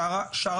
שאר